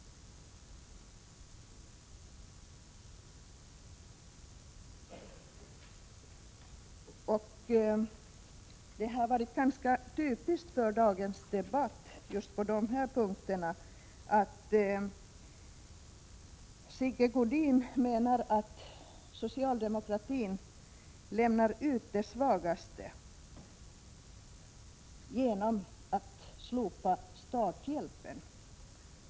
Typiskt för dagens debatt på dessa punkter har varit att Sigge Godin menar att socialdemokratin lämnar ut de svagaste genom att slopa starthjälpen.